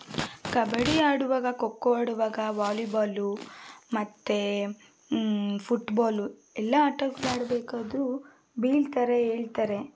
ಕಬಡ್ಡಿ ಆಡುವಾಗ ಖೋ ಖೋ ಆಡುವಾಗ ವಾಲಿಬಾಲು ಮತ್ತು ಫುಟ್ಬಾಲು ಎಲ್ಲ ಆಟಗಳಾಡ್ಬೇಕಾದ್ರೂ ಬೀಳ್ತಾರೆ ಏಳ್ತಾರೆ